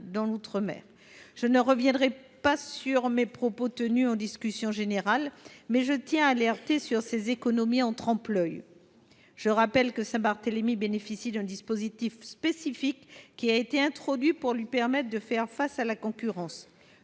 réforme. Je ne reviendrai pas sur les propos que j’ai tenus en discussion générale, mais je tiens à alerter sur ces économies en trompe l’œil. Je rappelle que Saint Barthélemy bénéficie d’un dispositif spécifique, qui a été introduit pour lui permettre de faire face à la concurrence.